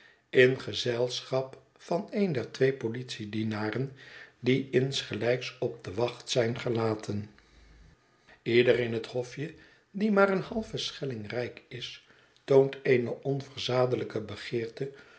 in gezelschap van een der twee politiedienaren die insgelijks op de wacht zijn gelaten ieder in het hofje die maar een halven schelling rijk is toont eene